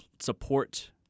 support